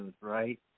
right